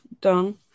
done